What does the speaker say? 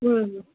ம்